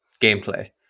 gameplay